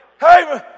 Hey